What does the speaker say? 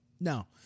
no